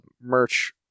merch